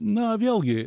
na vėlgi